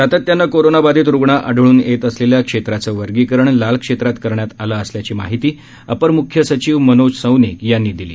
सातत्याने कोरोनाबाधित रुग्ण आढळून येत असलेल्या क्षेत्राचे वर्गीकरण लाल क्षेत्रात करण्यात आले असल्याची माहिती अपर मुख्य सचिव मनोज सौनिक यांनी दिली